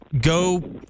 go